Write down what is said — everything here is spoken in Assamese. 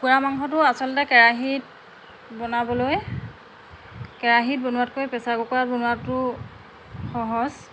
কুকুৰা মাংসটো আচলতে কেৰাহীত বনাবলৈ কেৰাহীত বনোৱাতকৈ প্ৰেচাৰ কুকাৰত বনোৱাটো সহজ